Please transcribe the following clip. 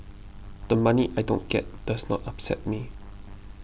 the money I don't get does not upset me